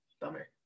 Bummer